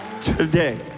today